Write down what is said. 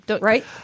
right